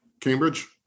Cambridge